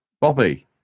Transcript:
Bobby